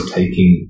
taking